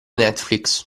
netflix